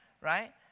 right